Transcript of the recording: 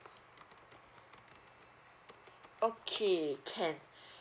okay can